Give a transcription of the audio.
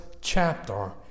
chapter